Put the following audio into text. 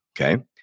okay